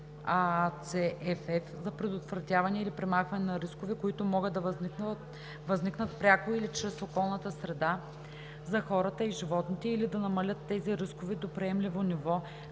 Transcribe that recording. - FF) за предотвратяване или премахване на рискове, които могат да възникнат, пряко или чрез околната среда, за хората и животните, или да намалят тези рискове до приемливо ниво,